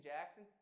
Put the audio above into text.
Jackson